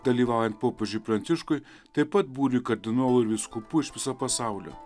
dalyvaujant popiežiui pranciškui taip pat būriui kardinolų ir vyskupų iš viso pasaulio